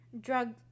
drug